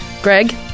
Greg